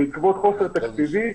בגלל חוסר תקציבי,